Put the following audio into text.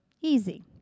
easy